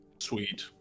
Sweet